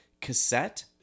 cassette